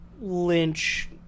Lynch